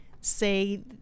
say